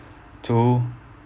to